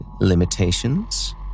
limitations